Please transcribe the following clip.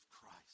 Christ